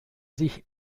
sich